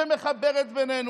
שמחברת בינינו.